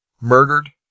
murdered